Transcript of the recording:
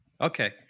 Okay